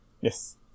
Yes